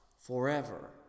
forever